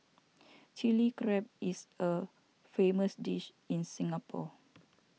Chilli Crab is a famous dish in Singapore